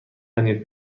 پنیر